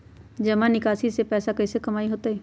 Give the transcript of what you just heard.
जमा निकासी से पैसा कईसे कमाई होई?